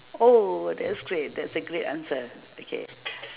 oh that's great that's a great answer okay